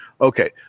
Okay